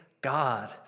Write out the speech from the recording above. God